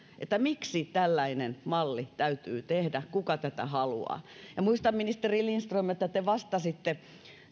että miksi tällainen malli täytyy tehdä kuka tätä haluaa muistan ministeri lindström että te vastasitte